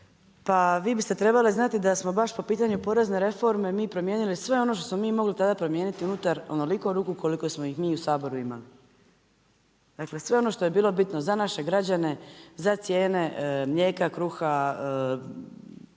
pa vi biste trebali znati da smo baš po pitanju porezne reforme mi promijenili sve ono što smo mi mogli tada promijeniti unutar onoliko ruku koliko smo ih mi u Saboru imali. Dakle sve ono što je bilo bitno za naše građane, za cijene mlijeka, kruha,